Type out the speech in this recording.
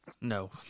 No